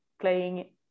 playing